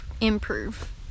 improve